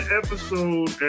episode